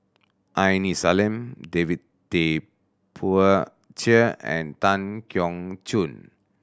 Aini Salim David Tay Poey Cher and Tan Keong Choon